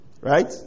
Right